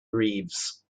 reeves